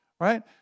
right